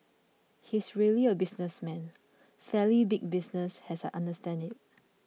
he's really a businessman fairly big business as I understand it